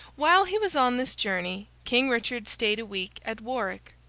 while he was on this journey, king richard stayed a week at warwick.